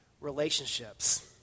relationships